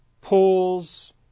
pools